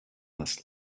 this